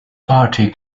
party